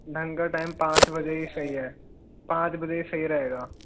ढंग का टाइम पाँच बजे ही सही है पाँच बजे ही सही रहेगा